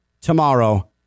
Tomorrow